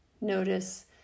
Notice